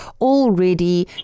already